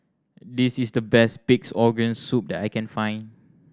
this is the best Pig's Organ Soup that I can find